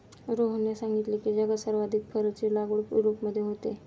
रोहनने सांगितले की, जगात सर्वाधिक फरची लागवड युरोपमध्ये होते